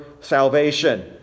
salvation